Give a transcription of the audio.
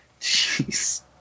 Jeez